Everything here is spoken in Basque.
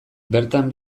bertan